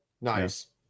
Nice